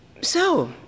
So